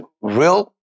real